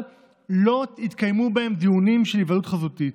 לא יתקיימו בהם דיונים של היוועדות חזותית.